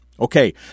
Okay